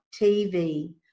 TV